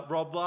Rob